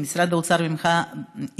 ממשרד האוצר וממך אישית,